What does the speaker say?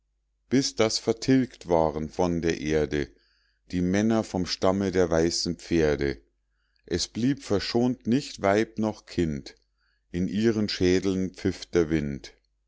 bis daß vertilgt waren von der erde die männer vom stamme der weißen pferde es blieb verschont nicht weib noch kind in ihren schädeln pfiff der wind